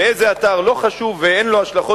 ואיזה אתר לא חשוב ואין לו השלכות